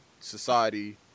society